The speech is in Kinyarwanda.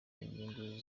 inyungu